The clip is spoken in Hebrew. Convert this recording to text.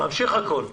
ממשיך הכול.